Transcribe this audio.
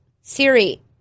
Siri